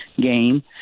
game